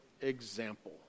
example